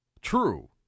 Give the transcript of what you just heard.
True